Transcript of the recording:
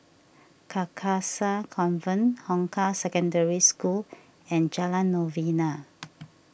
Carcasa Convent Hong Kah Secondary School and Jalan Novena